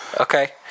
okay